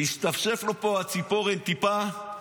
השתפשפה לו פה הציפורן טיפה.